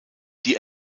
die